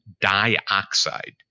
dioxide